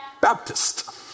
Baptist